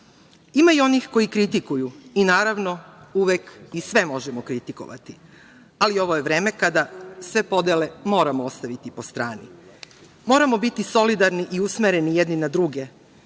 i onih koji kritikuju i naravno uvek i sve možemo kritikovati, ali ovo je vreme kada sve podele moramo ostaviti po strani. Moramo biti solidarni i usmereni jedni na druge,